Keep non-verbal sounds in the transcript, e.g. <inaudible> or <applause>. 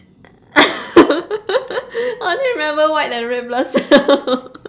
<laughs> I only remember white and red blood cell <laughs>